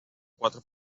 cuatro